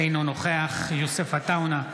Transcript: אינו נוכח יוסף עטאונה,